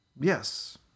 Yes